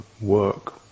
work